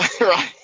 Right